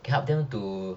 you can help them to